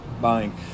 buying